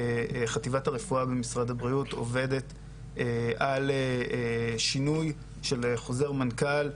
חטיבת הרפואה במשרד הבריאות עובדת על שינוי של חוזר מנכ"ל,